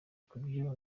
kubyo